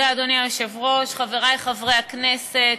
תודה, אדוני היושב-ראש, חברי חברי הכנסת,